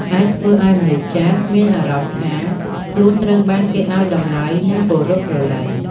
អាចធ្វើឱ្យមនុស្សចាស់មានអារម្មណ៍ថា ខ្លួនត្រូវបានគេឱ្យតម្លៃ និងគោរពស្រឡាញ់។